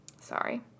Sorry